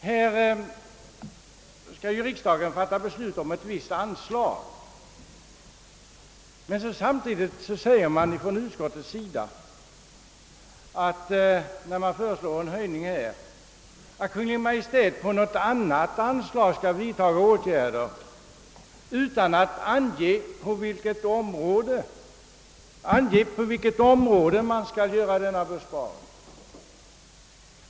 Riksdagen skall ju här fatta beslut om ett visst anslag. Men när man föreslår en höjning under denna punkt säger utskottet att Kungl. Maj:t under något annat anslag skall vidta erforderliga åtgärder utan att utskottet anger på vilket område besparingarna skall göras.